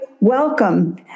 welcome